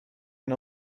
and